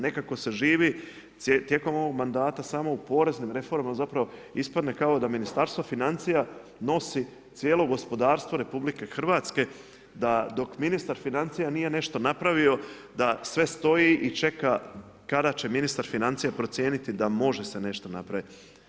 Nekako se živi tijekom ovog mandata samo u poreznim reformama zapravo ispadne kao da Ministarstvo financija nosi cijelo gospodarstvo RH da dok ministar financija nije nešto napravio, da sve stoji i čeka kada će ministar financija procijeniti da može se nešto napraviti.